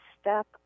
step